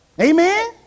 Amen